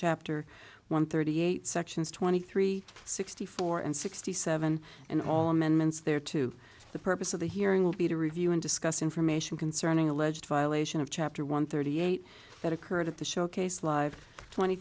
chapter one thirty eight sections twenty three sixty four and sixty seven and all amendments there to the purpose of the hearing will be to review and discuss information concerning alleged violation of chapter one thirty eight that occurred at the showcase live twenty